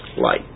light